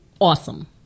awesome